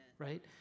Right